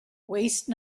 waste